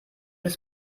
ist